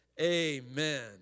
Amen